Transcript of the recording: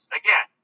again